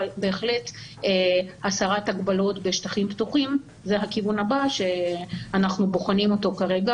אבל בהחלט הסרת הגבלות בשטחים פתוחים זה הכיוון הבא שאנחנו בוחנים כרגע,